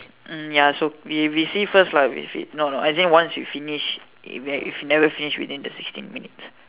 hmm ya so we we see first lah we see no no as in once you finish if never finish within the sixteen minutes